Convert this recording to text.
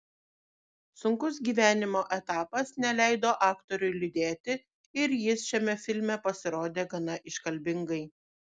sunkus gyvenimo etapas neleido aktoriui liūdėti ir jis šiame filme pasirodė gana iškalbingai